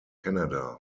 canada